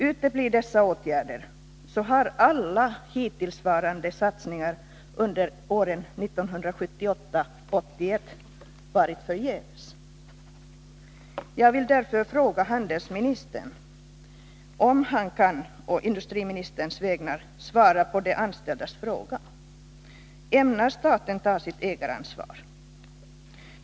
Uteblir dessa åtgärder har alla hittillsvarande satsningar under åren 1978-1981 varit förgäves. Jag vill därför fråga handelsministern om han å industriministerns vägnar kan svara på de anställdas fråga: Ämnar staten ta sitt ägaransvar?